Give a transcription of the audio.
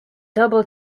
double